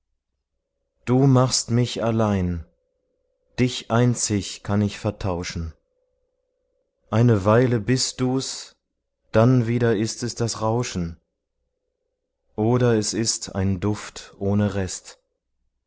du machst mich allein dich einzig kann ich vertauschen eine weile bist dus dann wieder ist es das rauschen oder es ist ein duft ohne rest